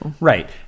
right